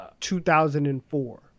2004